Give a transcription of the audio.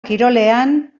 kirolean